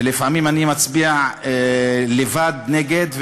לפעמים אני מצביע לבד נגד,